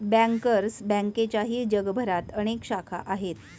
bankers बँकेच्याही जगभरात अनेक शाखा आहेत